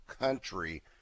country